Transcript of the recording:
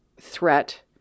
threat